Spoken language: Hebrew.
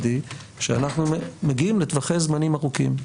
היא שאנחנו מגיעים לטווחי זמנים ארוכים.